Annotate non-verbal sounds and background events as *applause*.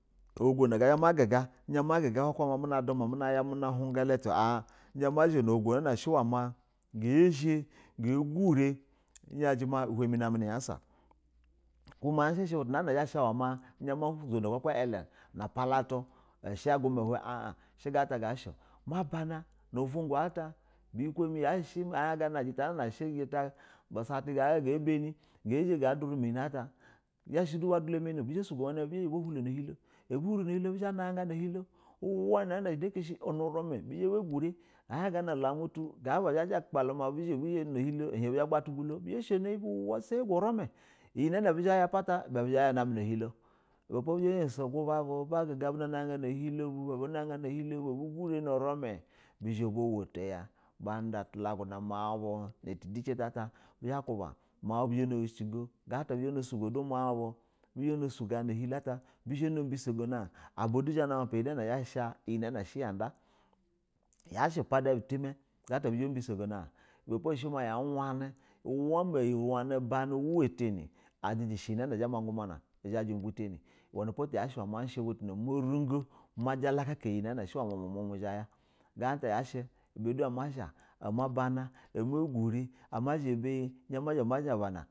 Alugo na gazha ma guga mi na guga kuka muno hunga ulugo nag a zhɛ ga ginɛ impɛ ma shio mɛ namɛ *unintelligible* kuma ushɛ butu kaka ma muna zono iyalɛ na palartu shɛ a guma uhɛ shɛ ga na gashɛ ma ban nu vwnga ata gana ubuyiko mɛ ujɛta ubu stati *unintelligible* ga durɛ manɛ buzha shɛ do ba dula mamɛ bizhɛ ba sugo umɛ nab u ba hulo na ehelo abu hurɛ na a hiɛlo bizha buna gana a hin uwa uwa nu virɛ mɛ bizhɛ bagurɛ a hin gana olumutu gaba. Yaji ma ba zhɛ na ohinli bizhɛ gbalu jin bazha basha no uwa gumme, iyɛ nani abu zha ba ya huwi una namɛ na hinto ibɛpo bizha ba jos gumbe bu buna na ga gana uhinlo bu ba na gagani ohilo bu bizha bagurɛ nurumɛ, bizhɛ ba wuto yaba da tulagu na mauba na tudicin ta ata bizɛ baku ba mau bu zha na oshi ago bu no sugo du mau mu bu, buzha na suga a na ohinlo ata aba da zha a oshiji go yanda gana abuna biso gona hin yashɛ pada butima ugata abuzha buna bisogo na an ibɛ po ya wanɛ uwa wana bani uwa tanɛ izha yasha iyɛ na zha mi guma na uwama butani oko tu yashɛ butu na mo rungo majala kaka iyɛ umumo mu izha yaya *unintelligible* mazha aba ma ba a ma gurɛ ama zha bana.